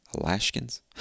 Alaskans